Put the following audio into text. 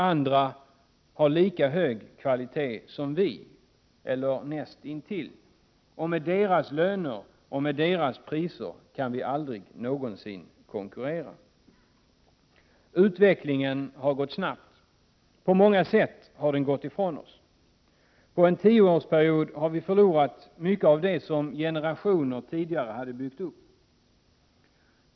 Andra har lika hög kvalitet som vi — eller näst intill — och med deras löner och med deras priser kan vi aldrig någonsin konkurrera. Utvecklingen har gått snabbt. På många sätt har den gått ifrån oss. På en tioårsperiod har vi förlorat mycket av det som generationer tidigare hade byggt upp.